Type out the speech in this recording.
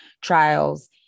trials